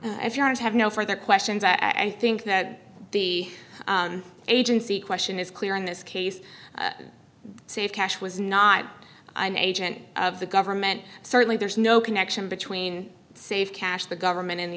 ten if you aren't have no further questions and i think that the agency question is clear in this case save cash was not an agent of the government certainly there's no connection between save cash the government and the